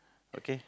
okay